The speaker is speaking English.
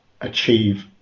achieve